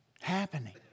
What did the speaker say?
happening